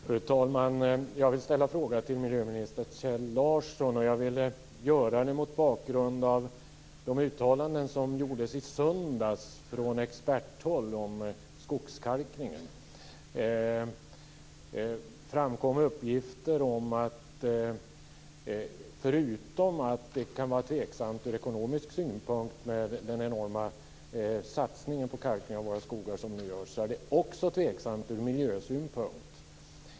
Fru talman! Jag vill ställa en fråga till miljöminister Kjell Larsson, och det vill jag göra mot bakgrund av de uttalanden som gjordes i söndags från experthåll om skogskalkningen. Det framkom uppgifter om att, förutom att det från ekonomisk synpunkt kan vara tveksamt med den enorma satsning på kalkning av våra skogar som ni gör är det också tveksamt från miljösynpunkt.